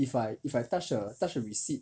if I if I touch the touch the receipt